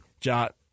Jot